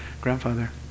grandfather